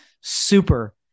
super